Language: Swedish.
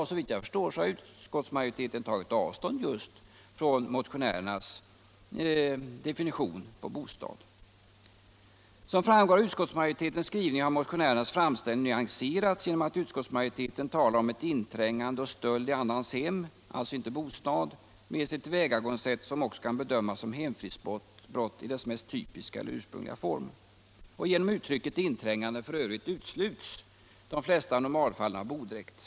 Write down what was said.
Såvitt jag förstår har utskottsmajoriteten tagit avstånd just från motionärernas definition på bostad. Som framgår av utskottsmajoritetens skrivning har motionärernas framställning nyanserats genom att utskottsmajoriteten talar om ett inträngande och stöld i annans hem =— alltså inte bostad — medelst ett tillvägagångssätt som också kan bedömas som hemfridsbrott i dess mest typiska eller ursprungliga form. Genom uttrycket ”inträngande” utesluts f.ö. de flesta normalfallen av bodräkt.